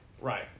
Right